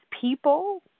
people